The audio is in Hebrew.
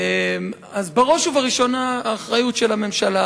בראש ובראשונה האחריות של הממשלה,